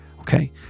okay